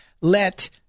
Let